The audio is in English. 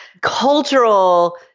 cultural